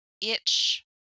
itch